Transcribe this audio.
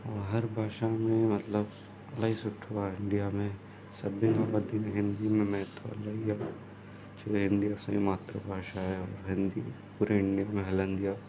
ऐं हर भाषा में मतिलबु इलाही सुठो आहे इंडिया में सभिनि हिंदी में महत्व इलाही आहे चाहे हिंदी असांजी मात्रभाषा आहे ऐं हिंदी पूरी इंडिया में हलंदी आहे